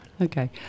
Okay